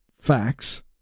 facts